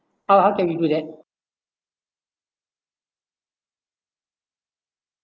how how can we do that